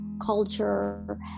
culture